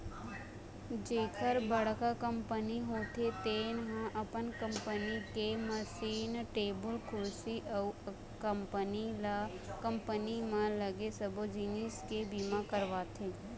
जेखर बड़का कंपनी होथे तेन ह अपन कंपनी के मसीन, टेबुल कुरसी अउ कंपनी म लगे सबो जिनिस के बीमा करवाथे